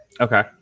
Okay